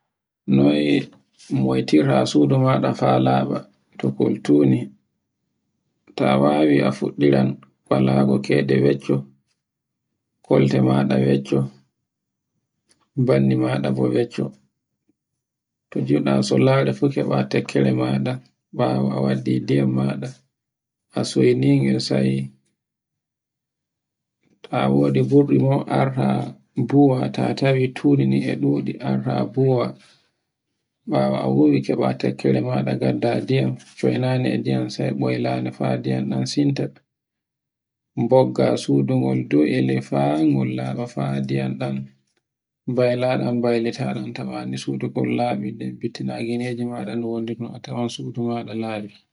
Noy moytirta sudu maɗa fa laɓa, to kol tunni, ta wawi a fuɗɗiran walago keɗe wecco, kolte maɗa wecco, bandi maɗa bo wecco, to junɗa sollare fu keɓa tokkere maɗa, ɓawo a waddi ndiyam maɗa, a saynige sai, ta wodi ɓurɗo bo arta, mbuwa ta tawi tundi ndin e ɗuɗi arta buwa, ɓawo a wuwi keɓa takkere maɗa ngadda ndiyam, so'inane e ndiyam sai ɓoylane fa e ndiyam ɗan sinta, mɓogga sudu ndun, dow e ley fa ngol laɓa fa ndiyam ɗan mbaylaɗan, mbaylitaɗan tawa ni sudu ndun laɓi nden bittinina gineji maɗa no wonirno, nde a tawan sudu maɗa laɓi.